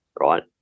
Right